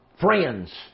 friends